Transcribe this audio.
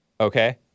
Okay